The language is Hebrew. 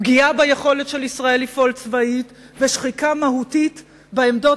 פגיעה ביכולת של ישראל לפעול צבאית ושחיקה מהותית בעמדות